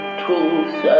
truth